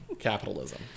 capitalism